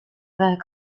their